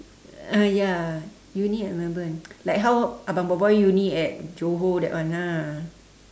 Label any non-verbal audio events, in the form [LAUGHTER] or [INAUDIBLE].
uh ya uni at melbourne [NOISE] like how abang boy boy uni at johor that one ah